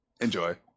Enjoy